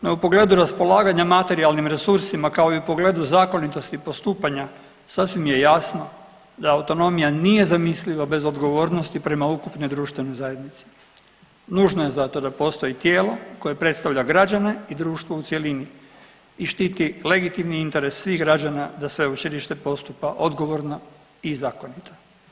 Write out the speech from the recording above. No u pogledu raspolaganja materijalnim resursima, kao i u pogledu zakonitosti postupanja sasvim je jasno da autonomija nije zamisliva bez odgovornosti prema ukupnoj društvenoj zajednici, nužna je zato jel postoji tijelo koje predstavlja građane i društvo u cjelini i štiti legitimni interes svih građana da sveučilište postupa odgovorno i zakonito.